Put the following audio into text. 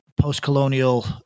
post-colonial